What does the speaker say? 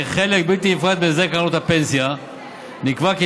כחלק בלתי נפרד מהסדר קרנות הפנסיה נקבע כי